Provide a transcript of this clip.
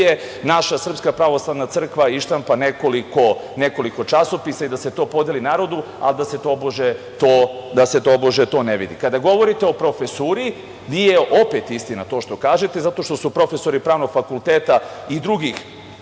naša SPC ištampa nekoliko časopisa i da se to podeli narodu, ali da se tobože to ne vidi. Kada govorite o profesoru, nije opet istina to što kažete zato što su profesori Pravnog fakulteta i sa drugih